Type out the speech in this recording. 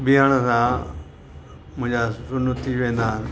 बीहण सां मुंहिंजा सुन थी वेंदा आहिनि